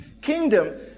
kingdom